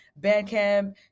Bandcamp